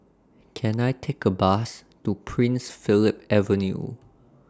Can I Take A Bus to Prince Philip Avenue